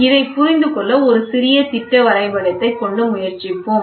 இதை புரிந்துகொள்ள ஒரு சிறிய திட்ட வரைபடத்தைக் கொண்டு முயற்சிப்போம்